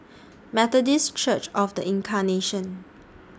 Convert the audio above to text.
Methodist Church of The Incarnation